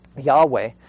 Yahweh